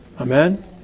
Amen